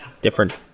different